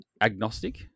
agnostic